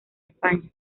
españa